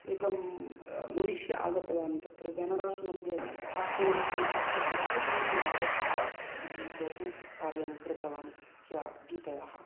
एकं मनुष्य आगतवान् तत्र बेनारस् मध्ये काशी मध्ये सः बहु दिनं यावत् बहु कार्यं कृतवान् सः गीतयाः